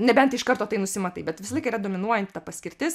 nebent iš karto tai nusimatai bet visą laiką yra dominuojanti ta paskirtis